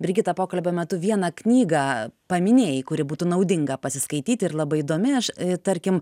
brigita pokalbio metu vieną knygą paminėjai kuri būtų naudinga pasiskaityti ir labai įdomi aš tarkim